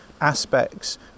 aspects